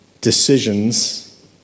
decisions